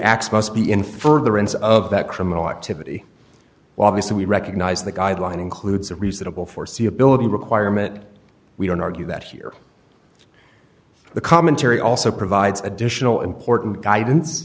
acts must be in furtherance of that criminal activity obviously we recognize that guideline includes a reasonable foreseeability requirement we don't argue that here the commentary also provides additional important guidance